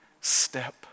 step